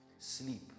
Sleep